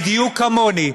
בדיוק כמוני,